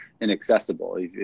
inaccessible